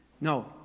No